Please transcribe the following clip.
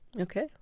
Okay